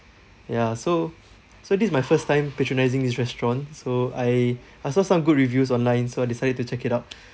ya so so this my first time patronising this restaurant so I I saw some good reviews online so I decided to check it out